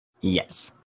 Yes